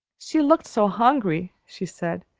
she looked so hungry, she said.